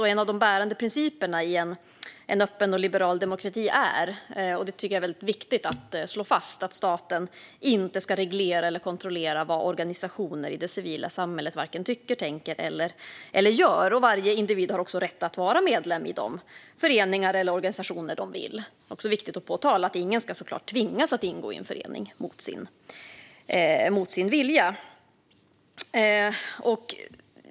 Jag tycker att det är viktigt att slå fast att en av de bärande principerna i en öppen och liberal demokrati är att staten inte ska reglera eller kontrollera vad organisationer i det civila samhället tycker, tänker eller gör. Varje individ har rätt att vara medlem i vilka föreningar eller organisationer de vill. Det är viktigt att påpeka att ingen ska tvingas att ingå i en förening mot sin vilja.